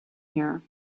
here